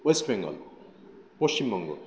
West Bengal Paschimbanga